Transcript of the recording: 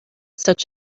such